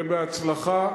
ובהצלחה.